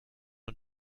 und